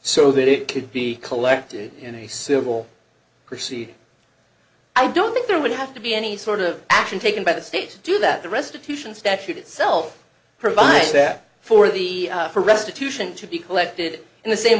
so that it could be collected in a civil crissy i don't think there would have to be any sort of action taken by the state to do that the restitution statute itself provides that for the for restitution to be collected in the same